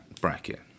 bracket